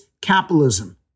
capitalism